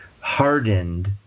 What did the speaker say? hardened